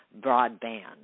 broadband